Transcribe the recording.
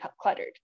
cluttered